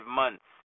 months